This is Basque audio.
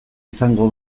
izango